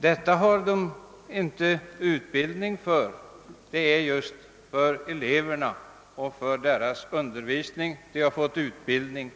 Sådant har de inte någon utbildning för. De är utbildade för att undervisa sina elever. När lärarna nu har fått denna utbildning,